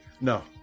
No